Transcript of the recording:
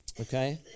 okay